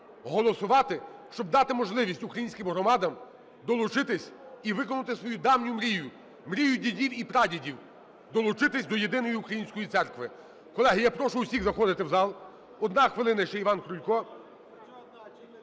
голосувати, щоб дати можливість українським громадам долучитися і виконати свою давню мрію, мрію дідів і прадідів – долучитися до єдиної української церкви. Колеги, я прошу усіх заходити в зал. Одна хвилина, ще Іван Крулько.